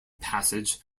passage